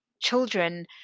children